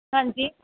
ਹਾਂਜੀ